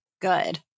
good